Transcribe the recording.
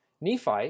Nephi